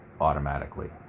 automatically